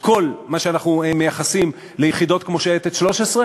כל מה שאנחנו מייחסים ליחידות כמו שייטת 13,